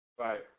Right